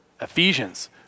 Ephesians